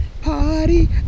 Party